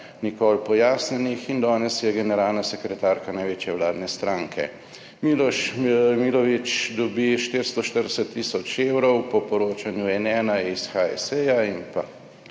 nikoli pojasnjenih in danes je generalna sekretarka največje vladne stranke. Miloš Milović dobi 440 tisoč evrov po poročanju N1 iz HSE in pa